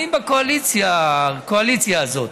ואני בקואליציה הזאת.